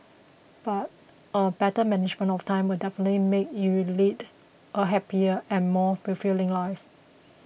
but a better management of time will definitely make you lead a happier and more fulfilling life